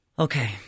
Okay